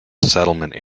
settlement